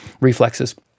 reflexes